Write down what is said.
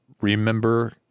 remember